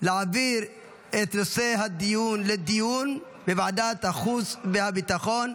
להעביר את נושא הדיון לוועדת החוץ והביטחון.